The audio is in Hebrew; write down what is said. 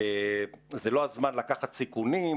זה לא הזמן לקחת סיכונים,